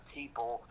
people